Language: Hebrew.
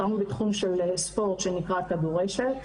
בחרנו בתחום של ספורט, שנקרא כדור רשת,